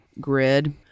GRID